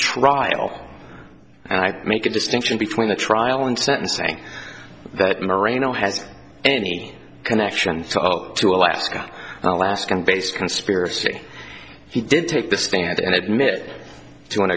trial and i make a distinction between a trial and sentencing that marino has any connection to alaska alaskan based conspiracy he did take the stand and admit to an